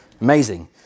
Amazing